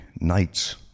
nights